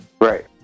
Right